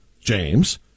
James